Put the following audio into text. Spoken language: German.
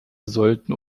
sollten